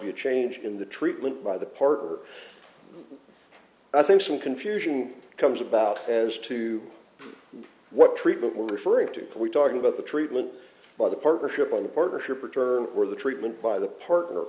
be a change in the treatment by the partner i think some confusion comes about as to what treatment we're referring to we're talking about the treatment by the partnership on the partnership return or the treatment by the partner